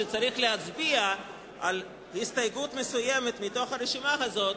שצריך להצביע על הסתייגות מסוימת מתוך הרשימה הזאת,